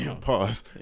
Pause